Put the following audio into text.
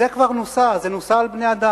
זה כבר נוסה, זה כבר נוסה על בני-אדם,